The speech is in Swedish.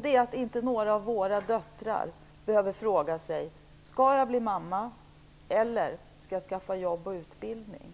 Det är att inte några av våra döttrar skall behöva fråga sig: Skall jag bli mamma eller skall jag skaffa jobb och utbildning?